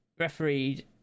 refereed